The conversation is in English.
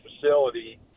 facility